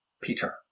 Peter